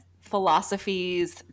philosophies